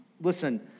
Listen